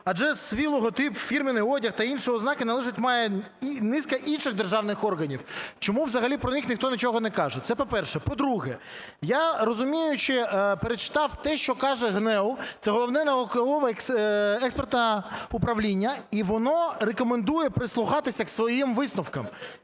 Адже свій логотип, фірменний одяг та інші ознаки належать, має низка інших державних органів. Чому взагалі про них ніхто нічого не каже? Це по-перше. По-друге, я, розуміючи, перечитав те, що каже ГНЕУ - це Головне науково-експертне управління, - і воно рекомендує прислухатися к своїм висновкам.